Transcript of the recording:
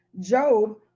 Job